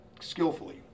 skillfully